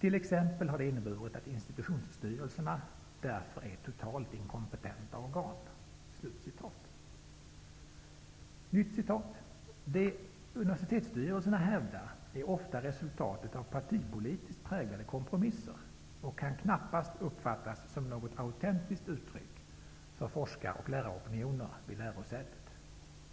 -- ''Institutionsstyrelserna är därför totalt inkompetenta organ.'' Nytt citat: ''Det universitetsstyrelserna hävdar är ofta resultatet av partipolitiskt präglade kompromisser och kan knappast uppfattas som något autentiskt uttryck för forskar och läraropinioner vid lärosätet.''